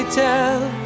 tell